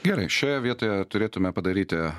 gerai šioje vietoje turėtume padaryti